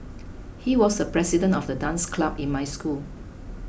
he was the president of the dance club in my school